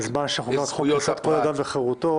בזמן שנוסח חוק יסוד: כבוד האדם וחירותו